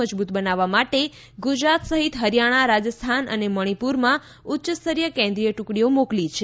મજબૂત બનાવવા માટે ગુજરાત સહિત હરીયાણા રાજસ્થાન અને મણિપુરમાં ઉચ્યસ્તરીય કેન્દ્રીય ટુકડીઓ મોકલી છે